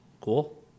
cool